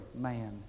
man